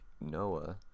noah